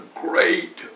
great